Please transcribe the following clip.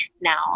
now